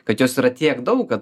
kad jos yra tiek daug kad